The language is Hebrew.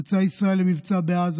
יצאה ישראל למבצע בעזה,